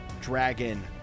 dragon